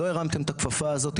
לא הרמתם את הכפפה הזאת,